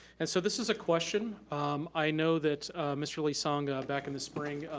and so this is a question i know that mr. lee-sung, back in the spring,